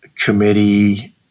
Committee